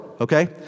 okay